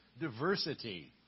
diversity